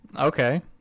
Okay